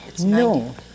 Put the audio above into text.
No